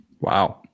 wow